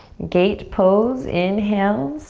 gate pose, inhale.